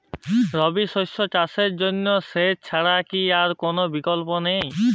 রবি শস্য চাষের জন্য সেচ ছাড়া কি আর কোন বিকল্প নেই?